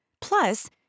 Plus